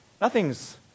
Nothing's